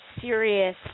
serious